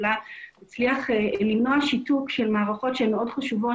למנוע שיתוק של מערכות שהן מאוד חשובות